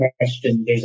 question